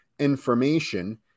information